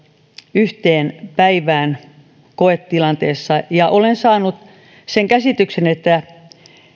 yhteen päivään koetilanteessa olen saanut sen käsityksen että